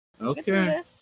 Okay